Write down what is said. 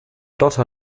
dotter